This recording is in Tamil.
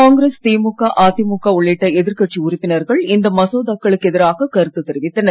காங்கிரஸ் திமுக அதிமுக உள்ளிட்ட எதிர்கட்சி உறுப்பினர்கள் இந்த மசோதாக்களுக்கு எதிராக கருத்து தெரிவித்தனர்